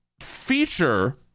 feature